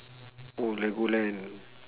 oh legoland